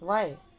why